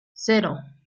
cero